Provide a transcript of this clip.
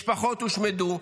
משפחות הושמדו,